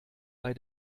bei